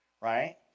right